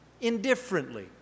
indifferently